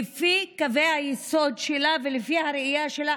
לפי קווי היסוד שלה ולפי הראייה שלה,